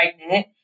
pregnant